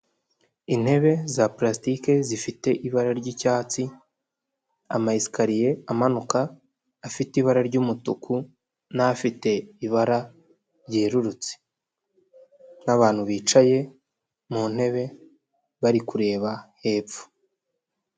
Intebe za palasitiki zifite ibara ry'icyatsi, ama esikariye amanuka afite ibara ry'umutuku n'afite ibara ryerurutse, n'abantu bicaye mu ntebe bari kureba hepfo.